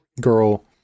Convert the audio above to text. girl